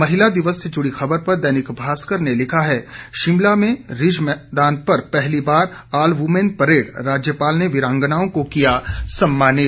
महिला दिवस से जुड़ी खबर पर दैनिक भास्कर ने लिखा है शिमला में रिज पर पहली बार ऑल वुमन परेड राज्यपाल ने वीरांगनाओं को किया सम्मानित